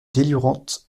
délirantes